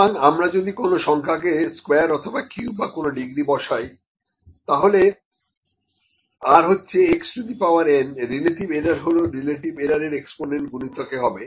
সুতরাং আমরা যদি কোন সংখ্যাকে স্কয়ার অথবা কিউব বা কোন ডিগ্রী বসাই তাহলে যেমন r হচ্ছে x to the power n relative error হলো রিলেটিভ এরার এর এক্সপোণেন্ট গুণিতকে হবে